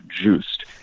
juiced